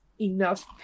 enough